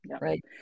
right